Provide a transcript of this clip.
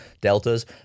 Deltas